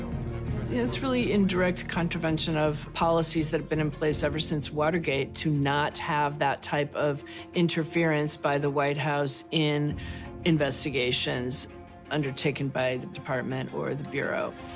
it's really in direct contravention of policies that have been in place ever since watergate to not have that type of interference by the white house in investigations undertaken by the department or the bureau.